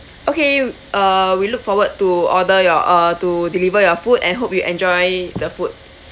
okay uh we look forward to order your uh to deliver your food and hope you enjoy the food